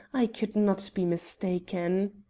i could not be mistaken.